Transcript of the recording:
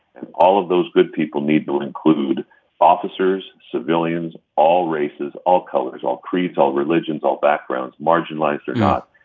and all of those good people need to include officers, civilians, all races, all colors, all creeds, all religions, all backgrounds, marginalized or not.